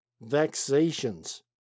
vexations